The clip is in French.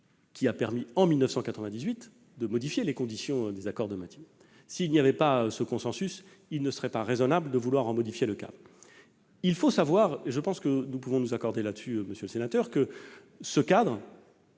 a permis, en 1998, de modifier les conditions issues des accords de Matignon. S'il n'y avait pas ce consensus, il ne serait pas raisonnable de vouloir modifier ce cadre. Il faut savoir- je pense que nous pouvons nous accorder sur ce point, monsieur le sénateur -que si ce cadre